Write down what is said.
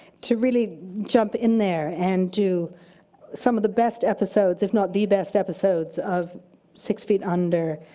to really jump in there and do some of the best episodes, if not the best episodes, of six feet under,